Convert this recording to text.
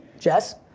jess.